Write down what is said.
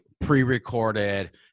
pre-recorded